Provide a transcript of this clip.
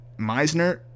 Meisner